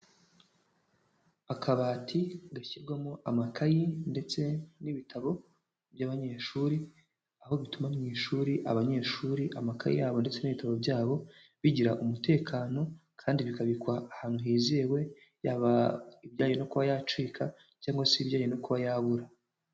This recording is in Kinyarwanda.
Akabati gashyirwamo amakayi ndetse n'ibitabo by'abanyeshuri, aho bituma mu ishuri abanyeshuri amakaye yabo ndetse n'ibitabo byabo bigira umutekano kandi bikabikwa ahantu hizewe yaba ibijyanye no kuba yacika cyangwa se ibijyanye no kuba yabura.